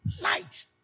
Light